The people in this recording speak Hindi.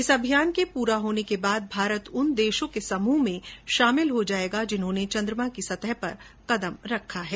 इस अभियान के पूरा होने के बाद भारत उन देशों के समूह में शामिल हो जायेगा जिन्होंने चन्द्रमा की सतह पर कदम रखा है